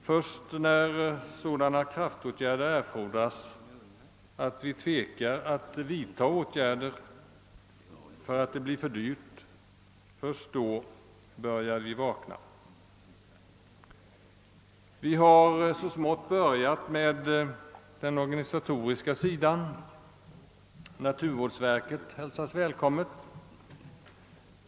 Först när sådana kraftåtgärder erfordras, att vi tvekar att vidta åtgärder på grund av det skulle bli för dyrt, först då börjar vi vakna! Vi har så smått börjat med den organisatoriska sidan. Naturvårdsverket hälsas välkommet.